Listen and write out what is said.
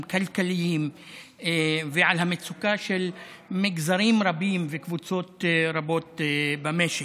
והכלכליים ועל המצוקה של מגזרים רבים וקבוצות רבות במשק.